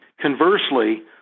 Conversely